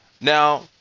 Now